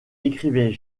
écrivait